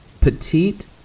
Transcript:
Petite